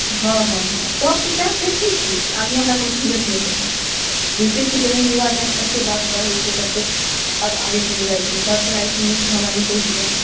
हँ हँ हँ सभ तऽ सएह चाहिते छै कि आगे हमरा कोनो झंझट नहि रहए बुझिते छी जमीन विवाद लए कऽ कतेक बात बढ़ै छै कतेक बात आगे चलि जाइ छै सभ चाहै छै नीकसँ हमरा निपटि जाय